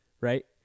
right